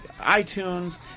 iTunes